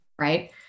Right